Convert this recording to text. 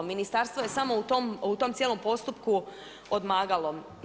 Ministarstvo je samo u tom cijelom postupku odmagalo.